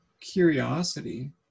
curiosity